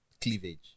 cleavage